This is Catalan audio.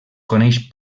coneix